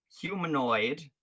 humanoid